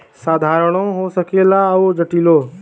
साधारणो हो सकेला अउर जटिलो